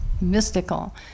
mystical